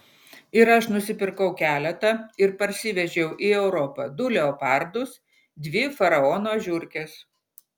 ir aš nusipirkau keletą ir parsivežiau į europą du leopardus dvi faraono žiurkes